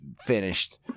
finished